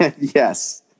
Yes